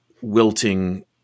Wilting